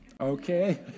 okay